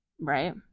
right